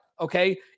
okay